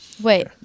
Wait